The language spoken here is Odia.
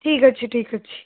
ଠିକ୍ ଅଛି ଠିକ୍ ଅଛି